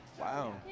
Wow